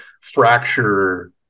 fracture